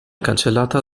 cancellata